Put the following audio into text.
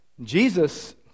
Jesus